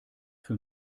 für